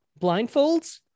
Blindfolds